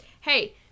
Hey